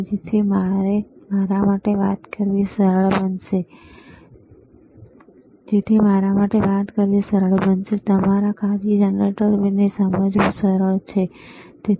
તેથી મારા માટે વાત કરવી સરળ છે અને તમારા માટે કાર્ય જનરેટરને સમજવું સરળ છે બરાબર